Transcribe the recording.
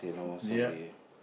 yeah